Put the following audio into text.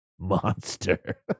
monster